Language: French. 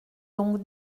donc